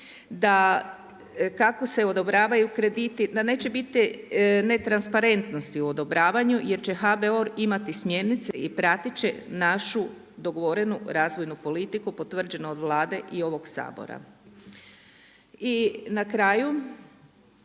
da kako se odobravaju krediti da neće biti netransparentnosti u odobravanju jer će HBOR imati smjernice i pratiti će našu dogovorenu razvojnu politiku, potvrđenu od Vlade i ovog Sabora. I na kraju,